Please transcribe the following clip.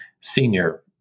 senior